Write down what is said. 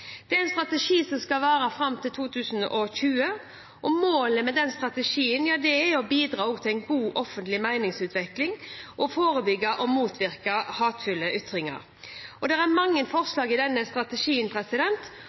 hatefulle ytringer, en strategi som skal vare fram til 2020. Målet med strategien er å bidra til en god offentlig meningsutveksling og forebygge og motvirke hatefulle ytringer. Det er mange